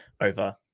over